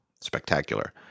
spectacular